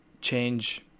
change